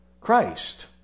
Christ